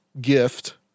Gift